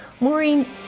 Maureen